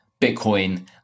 bitcoin